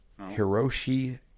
Hiroshi